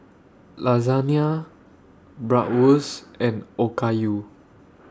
Lasagne Bratwurst and Okayu